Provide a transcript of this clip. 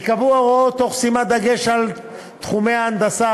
ייקבעו ההוראות תוך שימת דגש על תחומי ההנדסה,